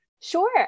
Sure